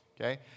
okay